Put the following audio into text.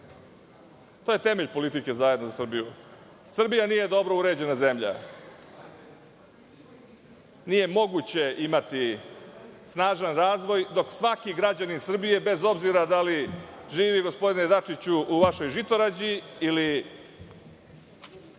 To je temelj politike Zajedno za Srbiju. Srbija nije dobro uređena zemlja. Nije moguće imati snažan razvoj dok svaki građanin Srbije, bez obzira da li živi, gospodine Dačiću, u vašoj Žitorađi ili